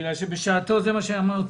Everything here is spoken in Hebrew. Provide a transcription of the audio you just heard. בגלל שבשעתו זה מה שאמרתם,